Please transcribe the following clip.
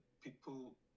people